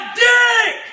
dick